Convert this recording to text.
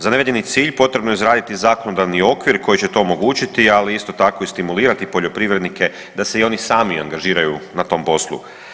Za navedeni cilj potrebno je izraditi zakonodavni okvir koji će to omogućiti, ali isto tako i stimulirati poljoprivrednike da se i oni sami angažiraju na tom poslu.